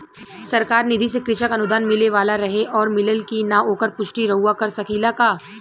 सरकार निधि से कृषक अनुदान मिले वाला रहे और मिलल कि ना ओकर पुष्टि रउवा कर सकी ला का?